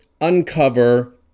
uncover